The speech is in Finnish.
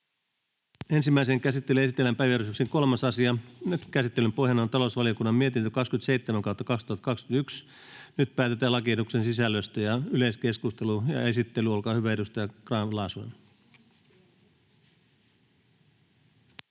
Ensimmäiseen käsittelyyn esitellään päiväjärjestyksen 3. asia. Käsittelyn pohjana on talousvaliokunnan mietintö TaVM 27/2021 vp. Nyt päätetään lakiehdotuksen sisällöstä. Yleiskeskustelu. — Esittely, edustaja Grahn-Laasonen,